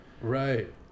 right